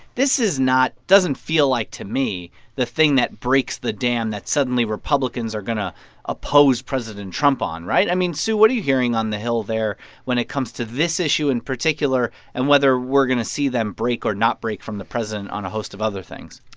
this is not doesn't feel like to me the thing that breaks the dam that suddenly republicans are going to oppose president trump on, right? i mean, sue, what are you hearing on the hill there when it comes to this issue in particular and whether we're going to see them break or not break from the president on a host of other things?